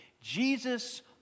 Jesus